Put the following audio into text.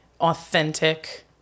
authentic